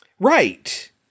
Right